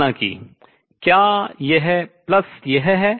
हालाँकि क्या यह प्लस यह है